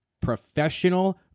professional